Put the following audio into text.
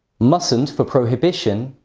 mustn't for prohibition,